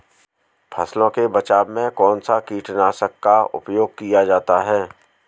फसलों के बचाव में कौनसा कीटनाशक का उपयोग किया जाता है?